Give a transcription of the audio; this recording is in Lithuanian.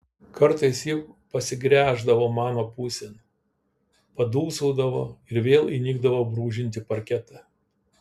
kartais ji pasigręždavo mano pusėn padūsaudavo ir vėl įnikdavo brūžinti parketą